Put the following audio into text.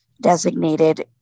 designated